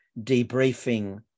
debriefing